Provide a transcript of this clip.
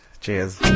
Cheers